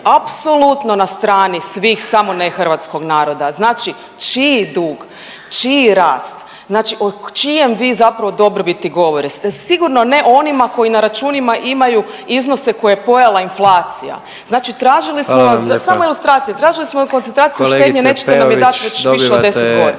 apsolutno na strani svih samo ne hrvatskog naroda, znači čiji dug, čiji rast, znači o čijoj vi zapravo dobrobiti govorite, sigurno ne o onima koji na računima imaju iznose koje je pojela inflacija, znači tražili smo vas samo ilustracije…/Upadica predsjednik: Hvala vam lijepa/…tražili smo vas koncentraciju štednje, nećete nam je dat već više od 10.g..